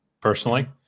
personally